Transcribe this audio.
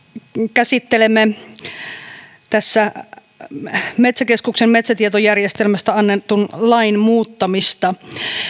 käsittelemme tässä metsäkeskuksen metsätietojärjestelmästä annetun lain muuttamista